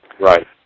Right